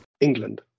England